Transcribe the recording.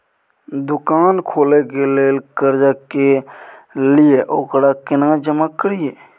दुकान खोले के लेल कर्जा जे ललिए ओकरा केना जमा करिए?